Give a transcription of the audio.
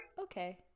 Okay